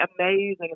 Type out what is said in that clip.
amazing